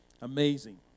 Amazing